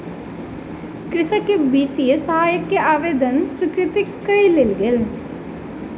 कृषक के वित्तीय सहायता के आवेदन स्वीकृत कय लेल गेल